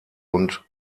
und